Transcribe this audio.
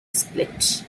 split